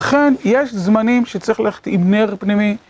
אכן יש זמנים שצריך ללכת עם נר פנימי.